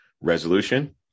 Resolution